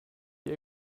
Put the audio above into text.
die